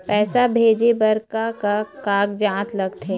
पैसा भेजे बार का का कागजात लगथे?